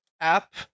app